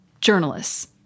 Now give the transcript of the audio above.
journalists